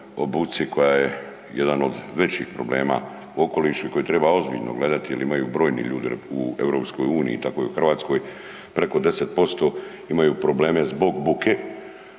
o buci koja je jedan od većih problema u okolišu i koji treba ozbiljno gledati jel imaju brojni ljudi u EU, tako i u Hrvatskoj preko 10% imaju probleme zbog buke.